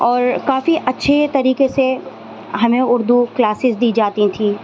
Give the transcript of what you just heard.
اور کافی اچّھے طریقے سے ہمیں اردو کلاسز دی جاتی تھیں